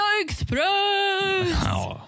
Express